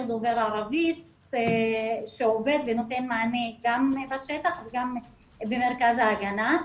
דובר ערבית שעובד ונותן מענה גם בשטח וגם במרכז ההגנה.